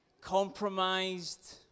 compromised